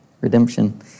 redemption